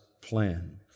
plan